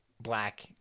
black